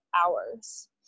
hours